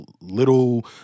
little